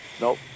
Nope